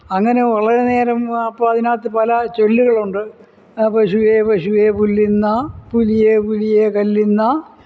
അങ്ങനെയുള്ളത് നേരം അപ്പം അതിനകത്ത് പല ചൊല്ലുകളുണ്ട് പശുവേ പശുവേ പുല്ലിന്നാ പുലിയെ പുലിയെ കല്ലിന്നാ